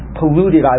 polluted